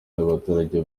n’abaturage